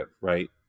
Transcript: right